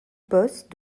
bosses